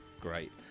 Great